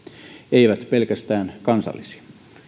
eivät pelkästään kansallisia